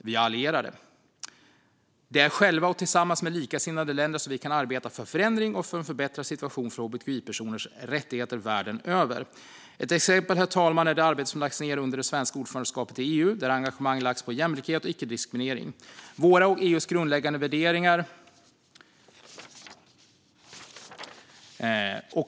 Vi har allierade. Själva och tillsammans med likasinnade länder kan vi arbeta för förändring och för en förbättrad situation för hbtqi-personers rättigheter världen över. Ett exempel, herr talman, är det arbete som lagts ned under det svenska ordförandeskapet i EU där engagemang har lagts på jämlikhet och icke-diskriminering - våra och EU:s grundläggande värderingar.